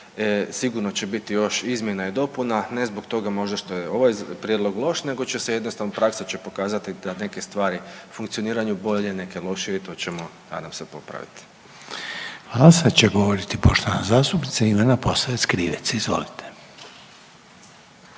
sigurno će biti još izmjena i dopuna ne zbog toga možda što je ovaj prijedlog loš nego će se jednostavno, praksa će pokazati da neke stvari funkcioniraju bolje, neke lošije i to ćemo nadam se popravit. **Reiner, Željko (HDZ)** Hvala. Sad će govoriti poštovana zastupnica Ivana Posavec Krivec, izvolite.